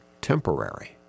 temporary